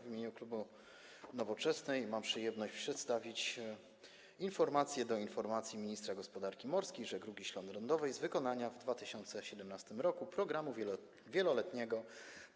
W imieniu klubu Nowoczesnej mam przyjemność przedstawić stanowisko wobec informacji ministra gospodarki morskiej i żeglugi śródlądowej z wykonania w 2017 r. programu wieloletniego pn.